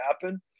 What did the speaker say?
happen